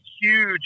huge